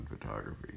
photography